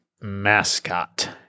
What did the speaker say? Mascot